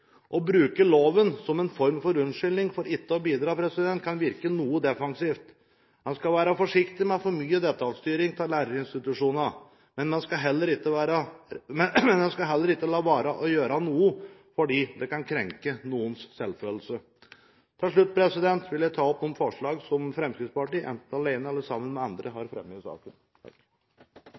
Å bruke loven som en form for unnskyldning for ikke å bidra, kan virke noe defensivt. Man skal være forsiktig med for mye detaljstyring av læreinstitusjoner, men man skal heller ikke la være å gjøre noe fordi det kan krenke noens selvfølelse. Til slutt vil jeg ta opp de forslagene som Fremskrittspartiet, enten alene eller sammen med andre, har fremmet i saken.